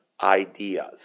ideas